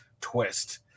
twist